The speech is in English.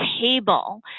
table